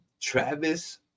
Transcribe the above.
Travis